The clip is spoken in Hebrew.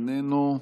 איננו,